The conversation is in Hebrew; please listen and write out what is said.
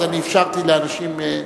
אז אפשרתי לאנשים.